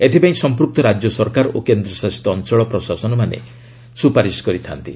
ଏଥିପାଇଁ ସଂପୂକ୍ତ ରାଜ୍ୟ ସରକାର ଓ କେନ୍ଦ୍ରଶାସିତ ଅଞ୍ଚଳ ପ୍ରଶାସନମାନେ ସୁପାରିଶ୍ କରିଥାନ୍ତି